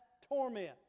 torment